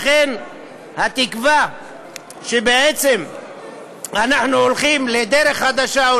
לכן התקווה שבעצם אנחנו הולכים אולי לדרך חדשה,